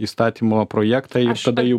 įstatymo projektą tada jau